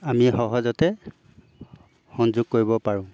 আমি সহজতে সংযোগ কৰিব পাৰোঁ